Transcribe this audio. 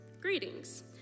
greetings